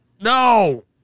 No